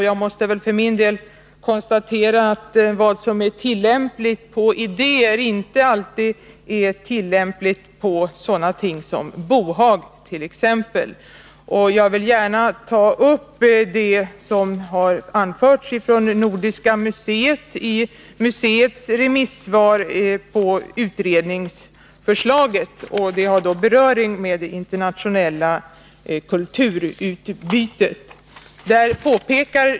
Jag måste för min del konstatera att det som är tillämpligt på idéer inte alltid är tillämpligt på ting som t.ex. bohag. Och jag vill gärna ta upp det som i Nordiska museets remissvar på utredningsförslaget har beröring med det internationella kulturutbytet.